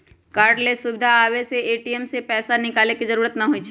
cardless सुविधा आबे से ए.टी.एम से पैसा निकाले के जरूरत न होई छई